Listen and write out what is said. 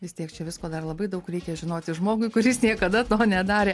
vis tiek čia visko dar labai daug reikia žinoti žmogui kuris niekada to nedarė